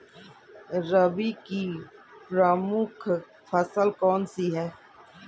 रबी की प्रमुख फसल कौन सी है?